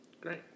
Great